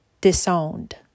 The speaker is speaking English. disowned